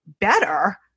better